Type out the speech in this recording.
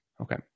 Okay